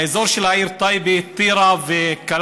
האזור של העיר טייבה, טירה וקלנסווה